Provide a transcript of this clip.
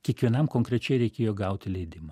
kiekvienam konkrečiai reikėjo gauti leidimą